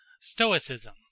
Stoicism